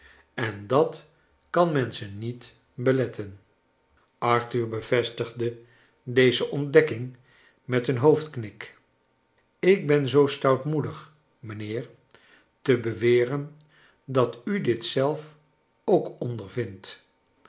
en dat kan men ze niet beletten charles dickens arthur bevestigde deze ontdekking met een hoofdknik ik ben zoo stoutmoedig mijnheer te beweren dat u dit zelf ook ondervindt